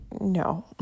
no